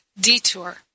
detour